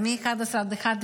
מ-11:00 עד 13:00,